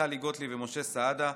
טלי גוטליב ומשה סעדה,